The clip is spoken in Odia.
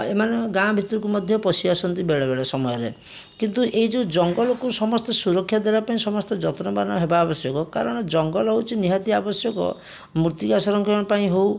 ଏମାନେ ଗାଁ ଭିତୁରୁକୁ ମଧ୍ୟ ପଶିଆସନ୍ତି ବେଳେବେଳେ ସମୟରେ କିନ୍ତୁ ଏଇଯେଉଁ ଜଙ୍ଗଲକୁ ସମସ୍ତେ ସୁରକ୍ଷା ଦେବା ପାଇଁ ସମସ୍ତେ ଯତ୍ନବାନ ହେବା ଆବଶ୍ୟକ କାରଣ ଜଙ୍ଗଲ ହେଉଛି ନିହାତି ଆବଶ୍ୟକ ମୃତ୍ତିକା ସଂରକ୍ଷଣ ପାଇଁ ହଉ